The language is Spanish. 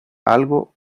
algo